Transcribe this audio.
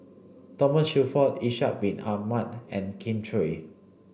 Thomas Shelford Ishak bin Ahmad and Kin Chui